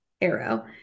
arrow